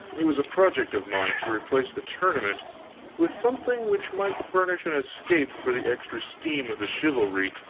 it was a project of mine to replace the tournament with something which might furnish an escape for the extra steam of the chivalry,